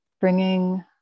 bringing